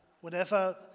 whenever